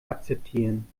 akzeptieren